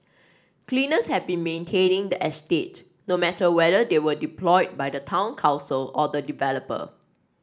cleaners have been maintaining the estate no matter whether they were deployed by the town council or the developer